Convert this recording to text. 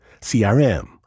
CRM